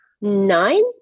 Nine